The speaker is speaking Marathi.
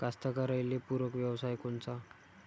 कास्तकाराइले पूरक व्यवसाय कोनचा?